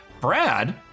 Brad